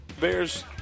Bears